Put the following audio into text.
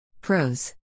Pros